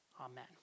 Amen